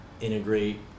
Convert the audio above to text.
integrate